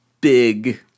big